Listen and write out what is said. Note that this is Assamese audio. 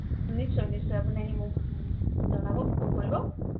নিশ্চয় নিশ্চয় আপুনি আহি মোক জনাব মোক ফোন কৰিব